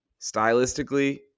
stylistically